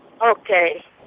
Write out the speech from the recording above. Okay